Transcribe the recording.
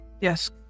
Yes